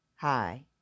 Hi